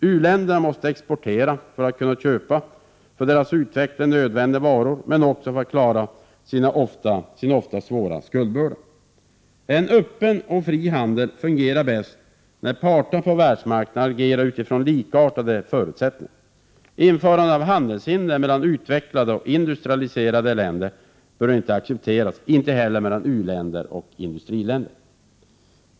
U-länderna måste exportera för att kunna köpa för sin utveckling nödvändiga varor, men också för att klara av sin ofta svåra skuldbörda. En öppen och fri handel fungerar bäst när parterna på världsmarknaden agerar utifrån likartade förutsättningar. Införande av handelshinder mellan utvecklade och industrialiserade länder bör inte accepteras, inte heller mellan u-länder och industriländer.